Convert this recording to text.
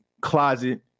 closet